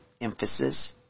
emphasis